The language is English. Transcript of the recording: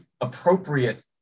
appropriate